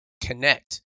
Connect